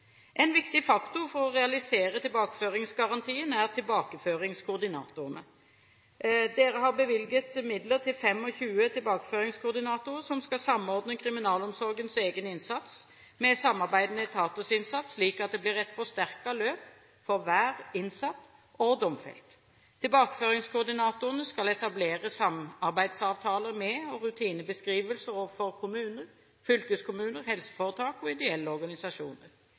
En viktig faktor for å realisere tilbakeføringsgarantien er tilbakeføringskoordinatorene. Stortinget har bevilget midler til 25 tilbakeføringskoordinatorer, som skal samordne kriminalomsorgens egen innsats med samarbeidende etaters innsats slik at det blir ett, forsterket løp for hver innsatt og domfelt. Tilbakeføringskoordinatorene skal etablere samarbeidsavtaler med og rutinebeskrivelser overfor kommuner, fylkeskommuner, helseforetak og ideelle organisasjoner.